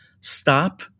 stop